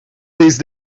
these